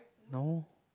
no